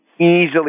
easily